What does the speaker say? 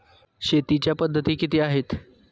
शेतीच्या पद्धती किती आहेत?